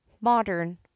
modern